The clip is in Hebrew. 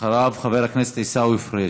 אחריו, חבר הכנסת עיסאווי פריג'.